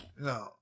No